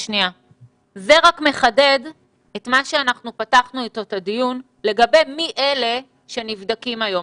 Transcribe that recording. זה רק מחדד את מה שפתחנו אתו את הדיון לגבי מי אלה שנבדקים היום,